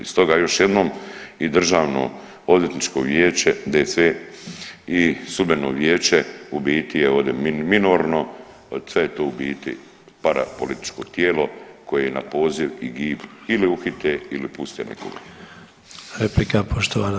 Stoga još jednom i Državnoodvjetničko vijeće DC i sudbeno vijeće u biti je ovdje minorno, sve je to u biti parapolitičko tijelo koje na poziv i … ili uhite ili puste nekoga.